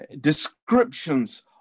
descriptions